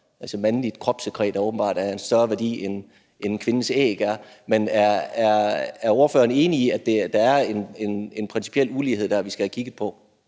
Altså, mandligt kropssekret er åbenbart af en større værdi, end kvindens æg er. Men er ordføreren enig i, at der er en principiel ulighed dér, vi skal have kigget på?